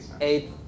eight